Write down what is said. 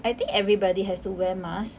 I think everybody has to wear mask